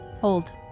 hold